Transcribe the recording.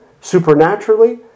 supernaturally